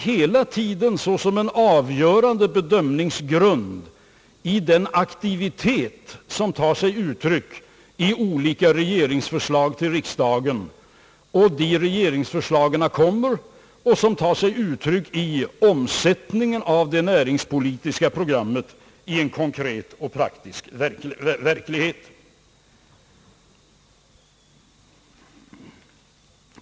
Hela tiden har vi en avgörande bedömningsgrund i den aktivitet som avspeglas i olika regeringsförslag, som har lagts fram och kommer att läggas fram för riksdagen då det näringspolitiska programmet skall omsättas i konkret och praktisk verklighet.